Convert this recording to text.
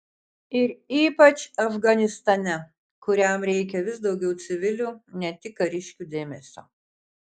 ir ypač afganistane kuriam reikia vis daugiau civilių ne tik kariškių dėmesio